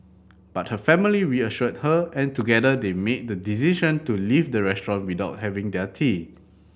but her family reassured her and together they made the decision to leave the restaurant without having their tea